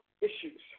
issues